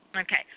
Okay